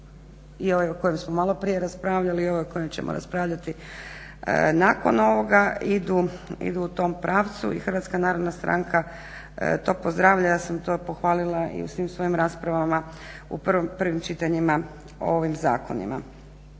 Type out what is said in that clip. i ovaj o kojem smo maloprije raspravljali i ovaj o kojem ćemo raspravljati nakon ovoga idu u tom pravcu i HNS to pozdravlja. Ja sam to pohvalila i u svim svojim raspravama u prvim čitanjima o ovim zakonima.